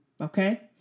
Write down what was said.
Okay